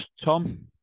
Tom